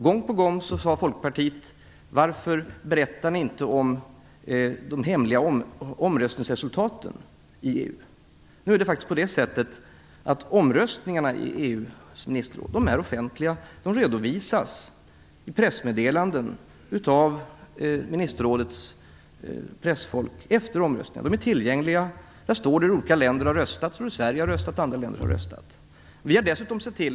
Gång på gång sade man från Folkpartiet: Varför berättar ni inte om de hemliga omröstningsresultaten i EU? Nu är det faktiskt på det sättet att omröstningarna i EU:s ministerråd är offentliga och redovisas av ministerrådets pressfolk i pressmeddelanden efter omröstningarna. De är tillgängliga. Där står det hur olika länder har röstat, dvs. hur Sverige har röstat och hur andra länder har röstat.